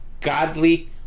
godly